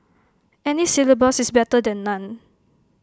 any syllabus is better than none